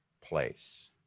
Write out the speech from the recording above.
place